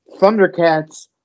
Thundercats